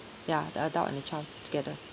ya the adult and a child together